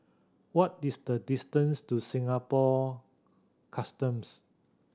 what is the distance to Singapore Customs